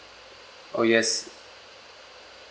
oh yes